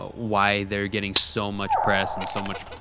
ah why they're getting so much press and so much.